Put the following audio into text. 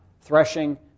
threshing